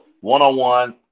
one-on-one